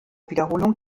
wiederholung